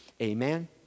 Amen